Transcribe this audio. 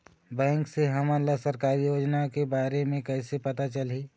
Bank से हमन ला सरकारी योजना के बारे मे कैसे पता चलही?